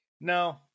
No